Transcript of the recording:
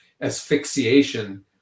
asphyxiation